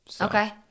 Okay